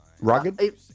Rugged